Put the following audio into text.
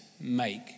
make